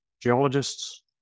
geologists